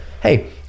hey